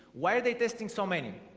why are they testing so many?